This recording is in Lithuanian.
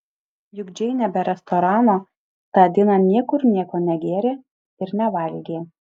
juk džeinė be restorano tą dieną niekur nieko negėrė ir nevalgė